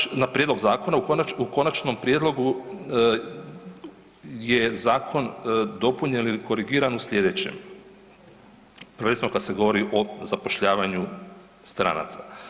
U odnosu na prijedlog zakona u konačnom prijedlogu je zakon dopunjen ili korigiran u slijedećem, prvenstveno kad se govori o zapošljavanju stranaca.